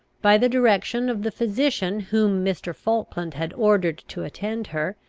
by the direction of the physician whom mr. falkland had ordered to attend her,